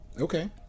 Okay